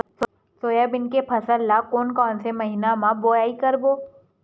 Soybean के फसल ल कोन कौन से महीना म बोआई करबो?